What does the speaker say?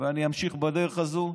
ואני אמשיך בדרך הזו,